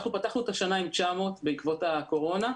אנחנו פתחנו את השנה עם 900 בעקבות הקורונה,